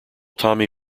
tommy